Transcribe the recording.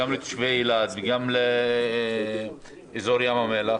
גם לתושבי אילת וגם לאזור ים המלח.